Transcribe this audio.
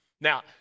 Now